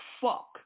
fuck